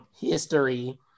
history